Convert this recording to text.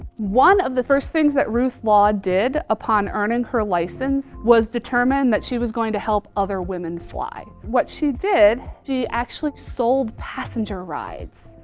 one of the first things that ruth law did upon earning her license was determined that she was going to help other women fly. what she did, she actually sold passenger rides.